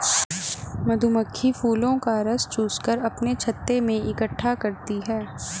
मधुमक्खी फूलों का रस चूस कर अपने छत्ते में इकट्ठा करती हैं